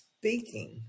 speaking